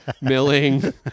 milling